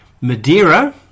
Madeira